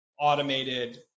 automated